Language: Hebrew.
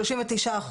המספר הוא 39%,